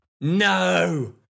No